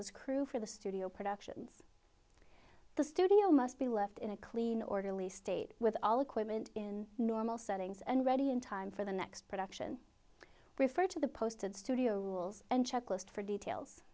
as crew for the studio productions the studio must be left in a clean orderly state with all equipment in normal settings and ready in time for the next production refer to the posted studio rules and checklist for details